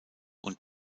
und